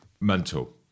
mental